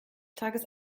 tages